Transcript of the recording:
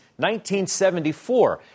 1974